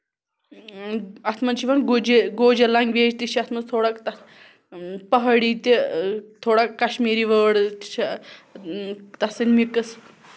اَتھ منٛز چھِ یِوان گُجِر گوجر لٮ۪نگویج تہِ چھِ اَتھ منٛز تھوڑا تَتھ پہٲڑی تہِ تھوڑا کَشمیٖری وٲڑ چھِ تَتھ سۭتۍ مِکٕس